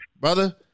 Brother